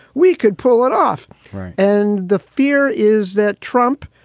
we could pull it off and the fear is that trump,